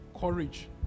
courage